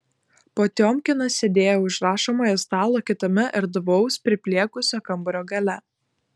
potiomkinas sėdėjo už rašomojo stalo kitame erdvaus priplėkusio kambario gale